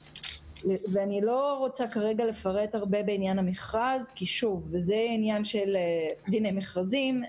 אני לא רוצה כרגע לפרט הרבה בעניין המכרז כי זה עניין של דיני מכרזים,